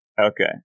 Okay